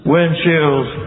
Windshields